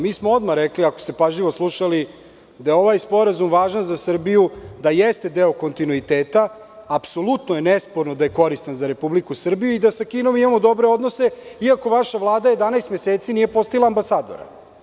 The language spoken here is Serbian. Mi smo odmah rekli, ako ste pažljivo slušali, da je ovaj sporazum važan za Srbiju, da jeste deo kontinuiteta, apsolutno je nesporno da je koristan za Republiku Srbiju i da sa Kinom imamo dobre odnose, iako vaša Vlada 11 meseci nije postavila ambasadora.